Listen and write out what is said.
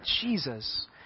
Jesus